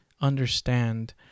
understand